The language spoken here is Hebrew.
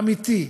אמיתי,